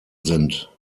sind